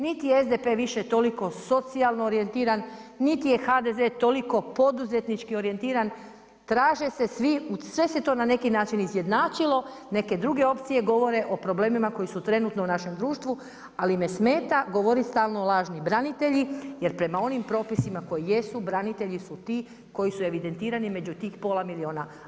Niti je SDP više toliko socijalno orijentiran, niti je HDZ toliko poduzetnički orijentiran, sve se to na neki način izjednačilo, neke druge opcije govore o problemima koji su trenutno u našem društvu ali me smeta govoriti stalno lažni branitelji jer prema onim propisima koji jesu, branitelji su ti koji su evidentirani među tih pola milijuna.